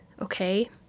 okay